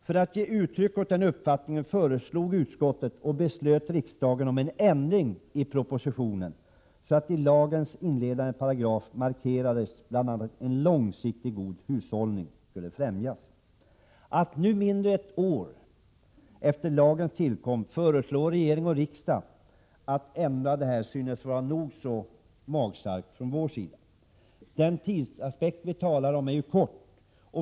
För att ge uttryck åt denna uppfattning föreslog utskottet och beslöt riksdagen om en ändring i propositionen, så att det i lagens inledande paragraf markerades att bl.a. en långsiktig god hushållning skulle främjas. Att nu mindre än ett år efter lagens tillkomst föreslå regering och riksdag en ändring synes oss vara väl magstarkt. Den tidsaspekt som vi talar om är ju kort.